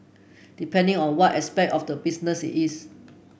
depending on what aspect of the business it is